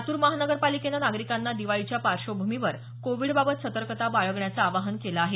लातूर महानगरपालिकेने नागरिकांना दिवाळीच्या पार्श्वभूमीवर कोविडबाबत सतर्कता बाळगण्याचं आवाहन केलं आहे